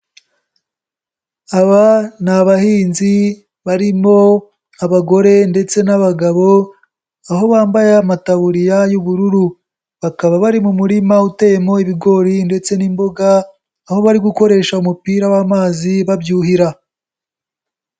Aba ni abahinzi barimo abagore ndetse n'abagabo aho bambaye amatawuriya y'ubururu, bakaba bari mu murima uteyemo ibigori ndetse n'imboga, aho bari gukoresha umupira w'amazi babyuhira.